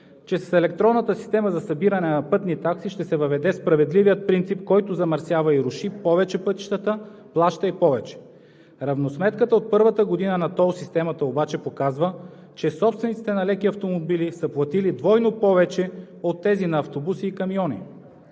че с електронната система за събиране на пътни такси ще се въведе справедливият принцип: който замърсява и руши повече пътищата, плаща и повече. Равносметката от първата година на тол системата обаче показва, че собствениците на леки автомобили са платили двойно повече от тези на автобуси и камиони.